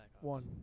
One